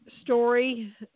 story